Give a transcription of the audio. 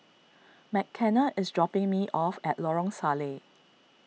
Mckenna is dropping me off at Lorong Salleh